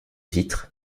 vitre